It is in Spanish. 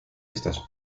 estas